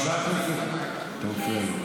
חבר הכנסת, אתה מפריע לי.